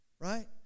right